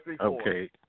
Okay